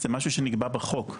זה משהו שנקבע בחוק,